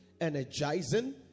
energizing